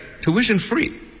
tuition-free